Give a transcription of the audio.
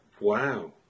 Wow